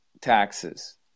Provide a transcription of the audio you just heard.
taxes